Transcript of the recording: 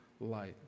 light